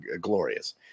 glorious